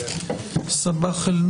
סבאח אל-חיר.